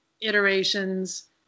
iterations